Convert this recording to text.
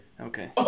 Okay